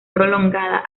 prolongada